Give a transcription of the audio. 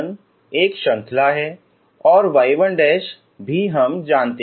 तो y1 एक श्रृंखला है और हम y1 जानते हैं